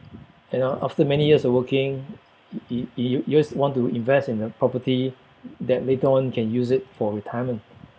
and uh after many years of working you you just want to invest in a property that later on can use it for retirement